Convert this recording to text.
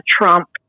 Trump